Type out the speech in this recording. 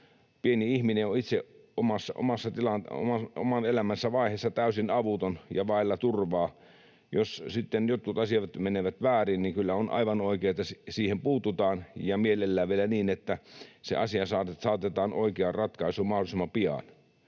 Pieni ihminen on itse oman elämänsä vaiheessa täysin avuton ja vailla turvaa. Jos sitten jotkut asiat menevät väärin, niin kyllä on aivan oikein, että siihen puututaan ja mielellään vielä niin, että se asia saatetaan oikeaan ratkaisuun mahdollisimman pian.